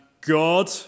God